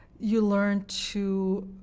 you learn to